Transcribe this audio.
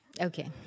Okay